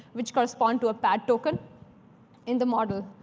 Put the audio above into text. which correspond to a pad token in the model.